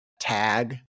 tag